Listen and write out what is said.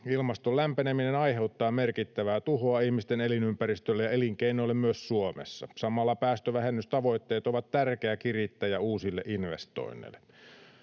Ilmaston lämpeneminen aiheuttaa merkittävää tuhoa ihmisten elinympäristölle ja elinkeinoille myös Suomessa. Samalla päästövähennystavoitteet ovat tärkeä kirittäjä uusille investoinneille.